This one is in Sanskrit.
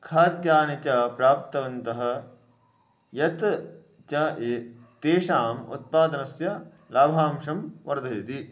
खाद्यानि च प्राप्तवन्तः यत् च एतेषाम् उत्पादनस्य लाभांशं वर्धयति